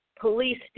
Police